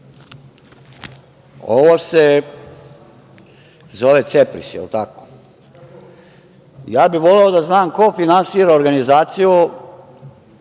se zove CEPRIS, jel tako? Ja bih voleo da znam ko finansira organizaciju,